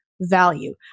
value